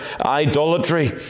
idolatry